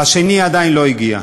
והשני עדיין לא הגיע.